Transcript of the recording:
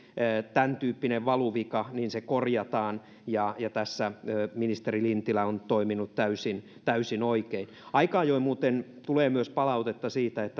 tämäntyyppinen valuvika niin se korjataan ja tässä ministeri lintilä on toiminut täysin täysin oikein aika ajoin muuten tulee myös palautetta siitä